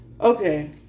Okay